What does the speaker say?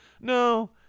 no